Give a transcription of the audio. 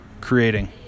creating